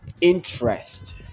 interest